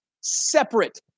separate